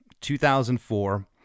2004